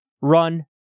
Run